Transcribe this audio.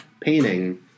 painting